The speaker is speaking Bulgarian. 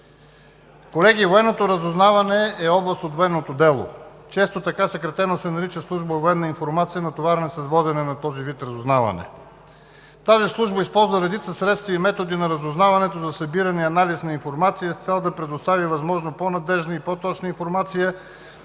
Колеги, военното разузнаване е област от военното дело, съкратено се нарича Служба „Военна информация“, натоварена с водене на този вид разузнаване. Тази служба използва редица средства и методи на разузнаването за събиране и анализ на информация с цел да предостави възможно по-надеждна и по-точна информация